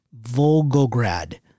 Volgograd